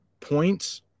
points